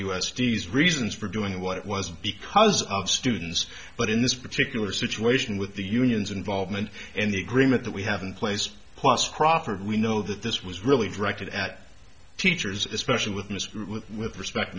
cities reasons for doing what it was because of students but in this particular situation with the unions involvement and the agreement that we have in place plus crawford we know that this was really directed at teachers especially with mr with respect